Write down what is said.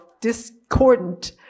discordant